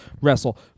wrestle